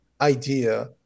idea